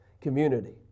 community